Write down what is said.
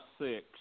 six